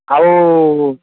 ଆଉ